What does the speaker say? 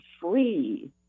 free